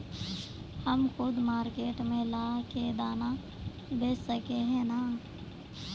हम खुद मार्केट में ला के दाना बेच सके है नय?